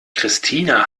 christina